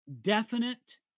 definite